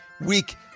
week